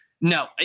No